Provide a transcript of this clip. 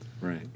right